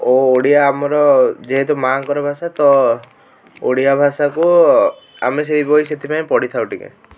ଓ ଓଡ଼ିଆ ଆମର ଯେହେତୁ ମାଁ ଙ୍କର ଭାଷା ତ ଓଡ଼ିଆ ଭାଷାକୁ ଆମେ ସେଇପାଇଁ ସେଥିପାଇଁ ପଢ଼ିଥାଉ ଟିକେ